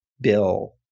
bill